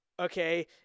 okay